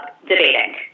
debating